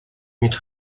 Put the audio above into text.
mit